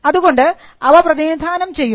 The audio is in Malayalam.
അതുകൊണ്ട് അവ പ്രതിനിധാനം ചെയ്യുന്നു